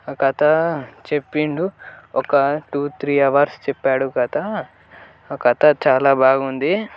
ఆ కథ చెప్పిండు ఒక టూ త్రీ అవర్స్ చెప్పాడు కథ ఆ కథ చాలా బాగుంది